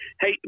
Hey